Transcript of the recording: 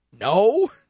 No